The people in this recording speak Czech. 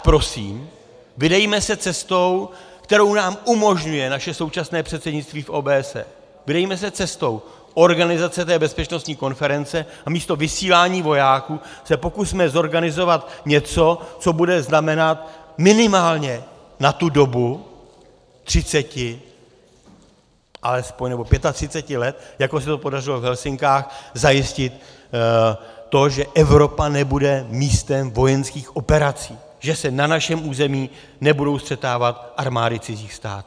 Prosím, vydejme se cestou, kterou nám umožňuje naše současné předsednictví v OBSE, vydejme se cestou organizace té bezpečnostní konference a místo vysílání vojáků se pokusme zorganizovat něco, co bude znamenat minimálně na dobu 30 alespoň, nebo 35 let, jako se to podařilo v Helsinkách, zajistit to, že Evropa nebude místem vojenských operací, že se na našem území nebudou střetávat armády cizích států.